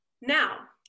Now